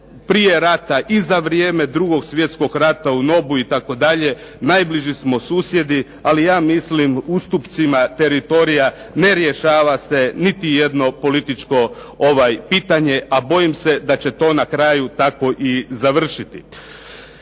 prije rata i za vrijeme 2. svjetskog rata u NOB-u itd. Najbliži smo susjedi, ali ja mislim ustupcima teritorija ne rješava se niti jedno političko pitanje, a bojim se da će to na kraju tako i završiti.